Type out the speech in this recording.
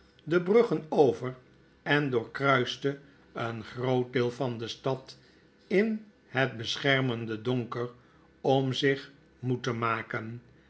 de bruggen over en doorkruiste een groot deel van de stad in het beschermende donker om zich moe te maken